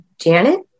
Janet